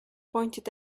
pointed